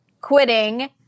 quitting